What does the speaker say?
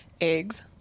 Eggs